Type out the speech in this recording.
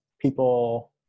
people